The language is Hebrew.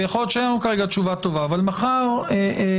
ויכול להיות שאין לנו כרגע תשובה טובה אבל מחר אדם